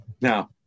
Now